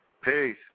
Peace